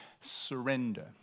surrender